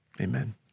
amen